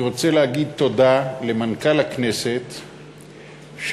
אני רוצה להגיד תודה למנכ"ל הכנסת שדאג,